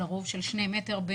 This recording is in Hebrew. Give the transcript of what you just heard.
לרוב של שני מ',